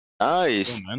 Nice